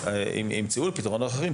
ימצאו להם פתרונות אחרים.